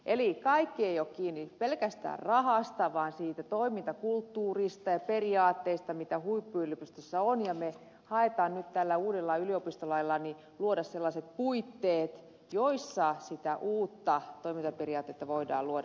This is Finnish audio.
eli kaikki ei ole kiinni pelkästään rahasta vaan siitä toimintakulttuurista ja periaatteista mitä huippuyliopistossa on ja me haluamme nyt tällä uudella yliopistolailla luoda sellaiset puitteet joissa sitä uutta toimintaperiaatetta voidaan luoda